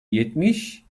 yetmiş